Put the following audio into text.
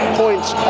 points